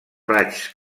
raigs